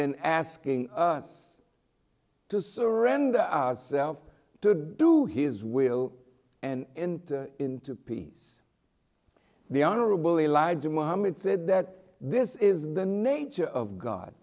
then asking us to surrender ourself to do his will and into peace the honorable elijah muhammad said that this is the nature of god